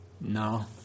no